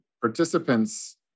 participants